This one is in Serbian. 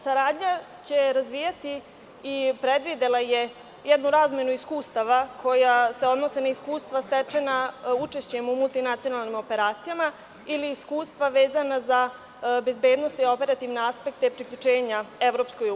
Saradnja će razvijati i predvidela je jednu razmenu iskustava koja se odnose na iskustva stečena učešćem u multinacionalnim operacijama ili iskustva vezana za bezbednosne i operativne aspekte priključenja EU.